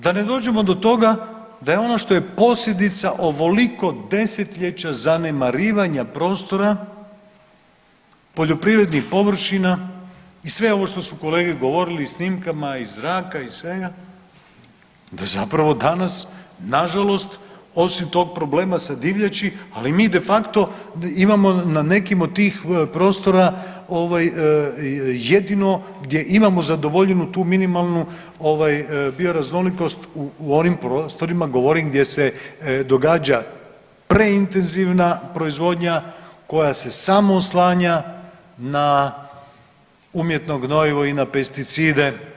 Da ne dođemo do toga da je ono što je posljedica ovoliko desetljeća zanemarivanja prostora poljoprivrednih površina i sve ovo što su kolege govorile i snimkama iz zraka iz svega, da zapravo danas nažalost osim tog problema sa divljači, ali mi de facto imamo na nekim od tih prostora ovaj jedino gdje imamo zadovoljenu tu minimalnu ovaj bioraznolikost u onim prostorima govorim gdje se događa preintenzivna proizvodnja koja se samo oslanja na umjetno gnojivo i na pesticide.